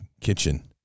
kitchen